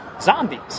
zombies